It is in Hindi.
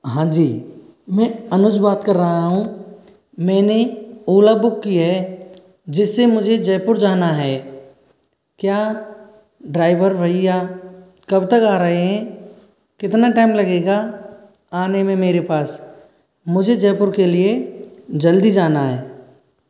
हाँ जी मैं अनुज बात कर रहा हूँ मैंने ओला बुक की है जिससे मुझे जयपुर जाना है क्या ड्राइवर भईया कब तक आ रहे हैं कितना टाइम लगेगा आने में मेरे पास मुझे जयपुर के लिए जल्दी जाना है